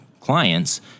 clients